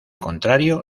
contrario